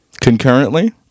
Concurrently